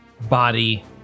body